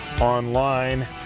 online